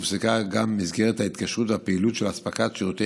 הופסקה גם מסגרת ההתקשרות והפעילות של אספקת שירותי